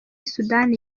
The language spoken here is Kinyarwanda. sudani